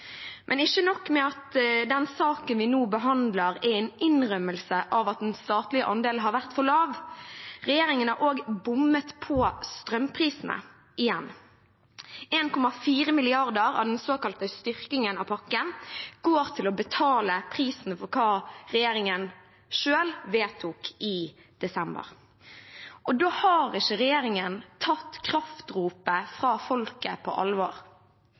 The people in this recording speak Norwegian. Ikke nok med at den saken vi nå behandler, er en innrømmelse av at den statlige andelen har vært for lav. Regjeringen har også bommet på strømprisene – igjen. 1,4 mrd. kr av den såkalte styrkingen av pakken går til å betale prisen for hva regjeringen selv vedtok i desember. Da har ikke regjeringen tatt kraftropet fra folket på alvor.